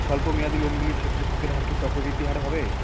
স্বল্প মেয়াদী লোনগুলির ক্ষেত্রে সুদের হার কি চক্রবৃদ্ধি হারে হবে?